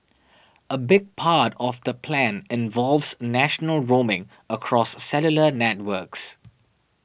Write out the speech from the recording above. a big part of the plan involves national roaming across cellular networks